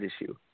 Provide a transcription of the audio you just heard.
issue